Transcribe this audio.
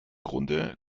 grunde